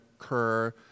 occur